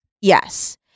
Yes